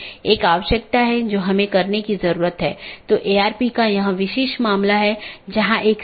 यदि हम अलग अलग कार्यात्मकताओं को देखें तो BGP कनेक्शन की शुरुआत और पुष्टि करना एक कार्यात्मकता है